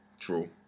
True